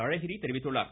அழகிரி தெரிவித்துள்ளார்